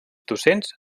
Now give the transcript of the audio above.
docents